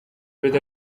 with